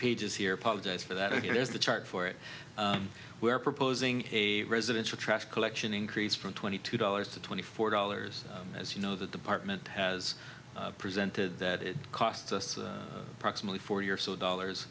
pages here apologize for that and here is the chart for it we're proposing a residential trash collection increase from twenty two dollars to twenty four dollars as you know the department has presented that it costs us approximately forty or so dollars